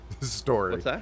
story